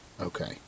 Okay